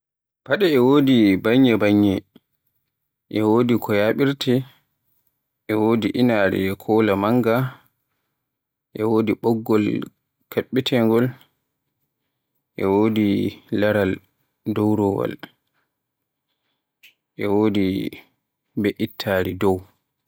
Fade e wodi banye-banye e wodi ko yaɓirte, e wodi inaare kola manga, e wodi ɓoggol kaɓɓirtengol, e wodi laaral dowrowaal e wodi mbe'ittari dow.